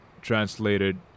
translated